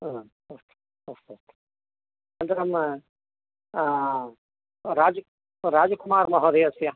अ अस्तु अनन्तरं राजकुमार् महोदयस्य